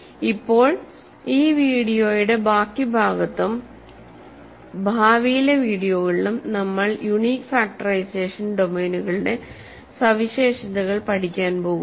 ഇപ്പോൾ ഈ വീഡിയോയുടെ ബാക്കി ഭാഗത്തും ഭാവിയിലെ വീഡിയോകളിലും നമ്മൾ യുണീക് ഫാക്ടറൈസേഷൻ ഡൊമെയ്നുകളുടെ സവിശേഷതകൾ പഠിക്കാൻ പോകുന്നു